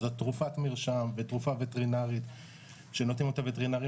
שזו תרופת מרשם ותרופה וטרינרית שנותנים אותה וטרינרים